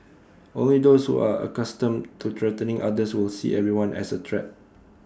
only those who are accustomed to threatening others will see everyone as A threat